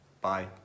Bye